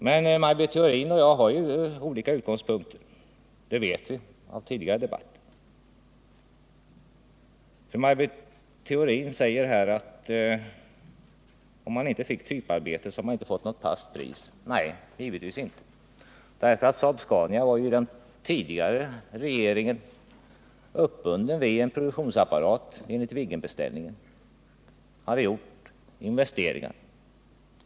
Maj Britt Theorin och jag har emellertid helt olika utgångspunkter, det vet vi från tidigare debatter. Maj Britt Theorin sade att hade man inte fått ett typarbete, hade man inte heller fått något fast pris. Givetvis inte! Saab-Scania AB var ju till följd av den tidigare regeringens politik uppbunden vid en produktionsapparat. Viggenbeställningen hade ju medfört investeringar.